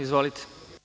Izvolite.